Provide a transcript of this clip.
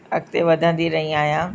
अॻिते वधंदी रही आहियां